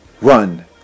run